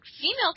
female